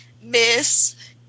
miss